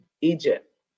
Egypt